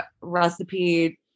recipe